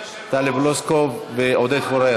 היושב-ראש ----- טלי פלוסקוב ועודד פורר.